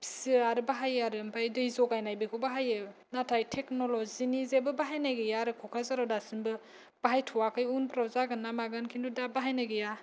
फिसियो आरो बाहायो ओमफ्राय दै जगायनाय बेखौ बाहायो नाथाय टेकन'लजिनि जेबो बाहायनाय गैया आरो क'क्राझाराव दासिमबो बाहायथ'याखै उनफ्राव जागोनना मागोन खिनथु दा बाहायनाय गैया